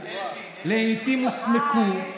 לעיתים סמקו,